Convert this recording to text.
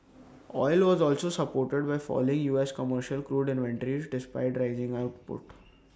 oil was also supported by falling U S commercial crude inventories despite rising output